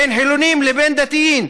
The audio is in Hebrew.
בין חילונים לדתיים.